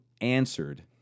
answered